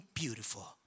beautiful